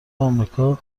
آمریکا